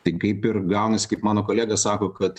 tai kaip ir gaunasi kaip mano kolega sako kad